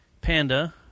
Panda